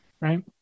right